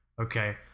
okay